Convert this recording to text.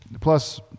plus